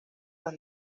las